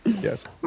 Yes